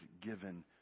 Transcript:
given